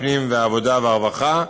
הפנים והעבודה והרווחה,